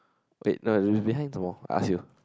wait no you you behind some more I ask you